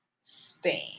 Spain